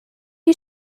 you